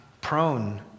prone